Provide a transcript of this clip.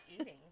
eating